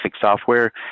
software